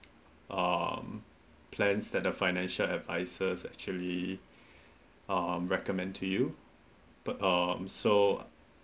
um plans that the financial advisers actually um recommend to you pu~ um so